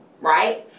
right